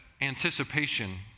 anticipation